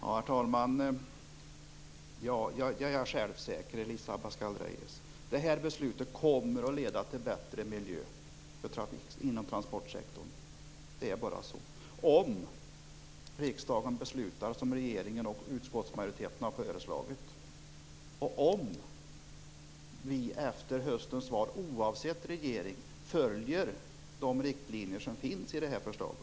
Herr talman! Jag är självsäker, Elisa Abascal Reyes. Detta beslut kommer att leda till en bättre miljö inom transportsektorn. Det är bara så, om riksdagens beslutar i enlighet med regeringens och utskottsmajoritetens förslag och om vi efter höstens val, oavsett regering, följer de riktlinjer som finns i detta förslag.